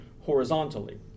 horizontally